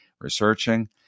researching